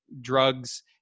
drugs